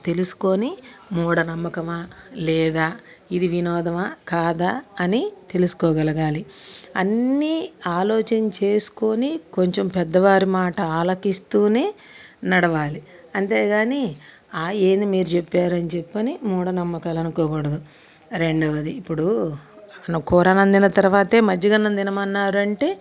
తెలుసుకొని మూఢనమ్మకమా లేదా ఇది వినోదమా కాదా అని తెలుసుకోగలగాలి అన్ని ఆలోచన చేసుకొని కొంచెం పెద్దవారి మాట ఆలకిస్తూనే నడవాలి అంతేకానీ ఆ ఏంది మీరు చెప్పారని చెప్పని మూఢనమ్మకాలు అనుకోకూడదు రెండవది ఇప్పుడు కూరన్నాం తిన్న తర్వాతే మజ్జిగన్నం తినమన్నారంటే